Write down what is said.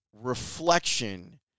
reflection